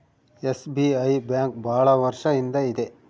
SBI bank ಭಾಳ ವರ್ಷ ಇಂದ ಇದೆ